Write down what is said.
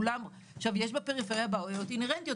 בפריפריה יש בעיות אינהרנטיות,